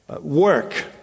work